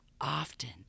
often